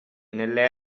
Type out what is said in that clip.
nelle